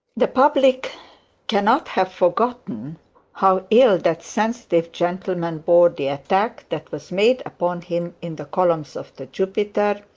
the public cannot have forgotten how ill that sensitive gentleman bore the attack that was made upon him in the columns of the jupiter,